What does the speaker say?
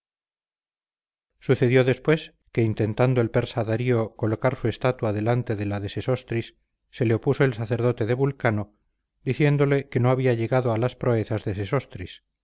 sucedió después que intentando el persa darío colocar su estatua delante de la de sesostris se le opuso el sacerdote de vulcano diciéndole que no había llegado a las proezas